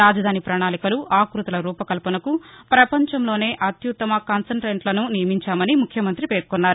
రాజధాని ప్రణాళికలు ఆక్బతుల రూపకల్పనకు పపంచంలోనే అత్యుత్తమ కన్సల్టెంట్లను నియమించామని ముఖ్యమంతి పేర్కొన్నారు